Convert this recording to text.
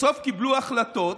בסוף קיבלו החלטות,